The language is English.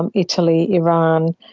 um italy, iran,